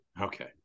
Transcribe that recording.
Okay